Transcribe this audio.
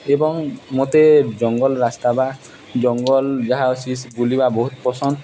ଏବଂ ମତେ ଜଙ୍ଗଲ ରାସ୍ତା ବା ଜଙ୍ଗଲ ଯାହା ଅଛିି ବୁଲିବା ବହୁତ ପସନ୍ଦ